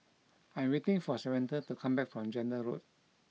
I am waiting for Samatha to come back from Zehnder Road